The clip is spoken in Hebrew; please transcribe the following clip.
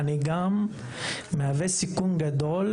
אני גם מהווה סיכון גדול